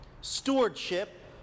Stewardship